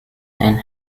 and